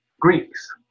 Greeks